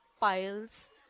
piles